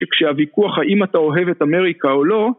וכשהוויכוח האם אתה אוהב את אמריקה או לא